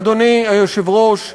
אדוני היושב-ראש,